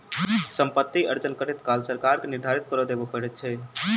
सम्पति अर्जन करैत काल सरकार के निर्धारित कर देबअ पड़ैत छै